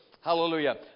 Hallelujah